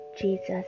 Jesus